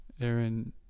aaron